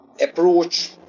approach